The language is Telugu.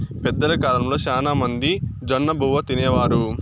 పెద్దల కాలంలో శ్యానా మంది జొన్నబువ్వ తినేవారు